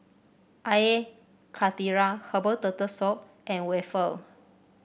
Air Karthira Herbal Turtle Soup and waffle